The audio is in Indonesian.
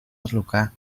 terluka